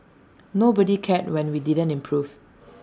nobody cared when we didn't improve